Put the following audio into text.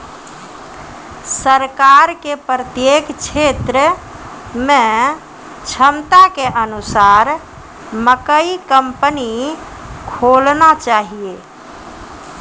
सरकार के प्रत्येक क्षेत्र मे क्षमता के अनुसार मकई कंपनी खोलना चाहिए?